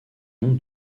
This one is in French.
nom